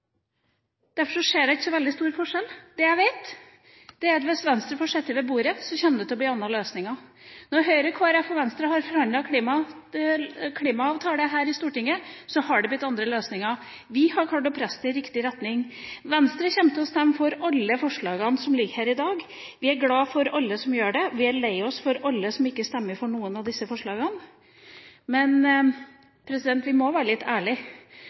Derfor ser jeg ikke så stor forskjell. Det jeg vet, er at hvis Venstre får sitte ved bordet, kommer det til å bli andre løsninger. Når Høyre, Kristelig Folkeparti og Venstre har forhandlet klimaavtale her i Stortinget, har det blitt andre løsninger. Vi har klart å presse det i riktig retning. Venstre kommer til å stemme for alle forslagene som ligger her i dag. Vi er glad for alle som gjør det. Vi er lei oss for alle som ikke stemmer for noen av disse forslagene. Men vi må være litt